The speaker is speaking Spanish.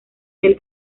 del